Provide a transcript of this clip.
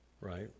Right